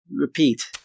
Repeat